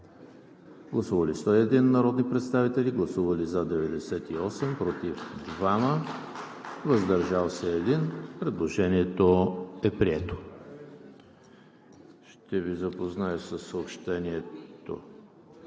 Гласували 102 народни представители: за 101, против няма, въздържал се 1. Предложението е прието. Ще Ви запозная със съобщенията